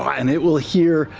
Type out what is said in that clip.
and it will hear,